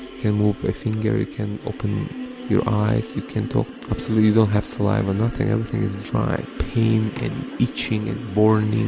can't move a finger, you can't open your eyes, you can't talk, absolutely you don't have saliva, nothing, everything is dry. pain and itching and burning,